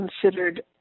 considered